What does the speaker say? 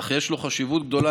אך יש לו חשיבות גדולה,